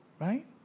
right